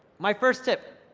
my first tip,